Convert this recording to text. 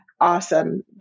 awesome